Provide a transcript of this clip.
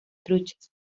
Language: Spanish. truchas